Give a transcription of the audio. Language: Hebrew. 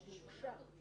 כשכל משרד יש לו את